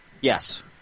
Yes